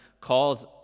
calls